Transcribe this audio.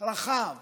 רחב